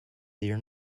their